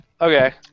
Okay